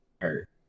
hurt